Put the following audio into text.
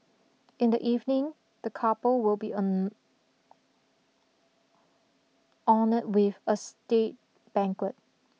in the evening the couple will be honoured with a state banquet